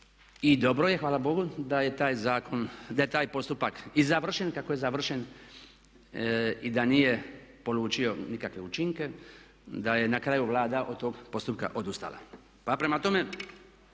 I dobro je, hvala Bogu, da je taj postupak i završen kako je završen i da nije polučio nikakve učinke. Da je na kraju Vlada od tog postupka odustala. Pa prema tome